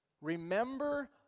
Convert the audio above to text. remember